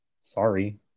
Sorry